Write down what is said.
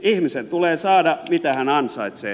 ihmisen tulee saada mitä hän ansaitsee